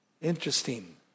Interesting